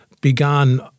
began